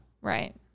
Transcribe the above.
Right